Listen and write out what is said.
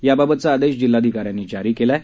याबाबतचा आदेश जिल्हाधिकाऱ्यांनी जारी केला आहे